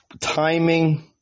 Timing